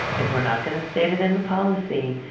if we are not going to stated in the policy,